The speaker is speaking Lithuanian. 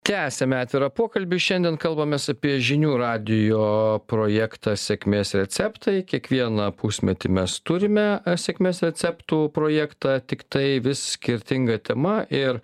tęsiame atvirą pokalbį šiandien kalbamės apie žinių radijo projektą sėkmės receptai kiekvieną pusmetį mes turime sėkmės receptų projektą tik tai vis skirtinga tema ir